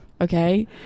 okay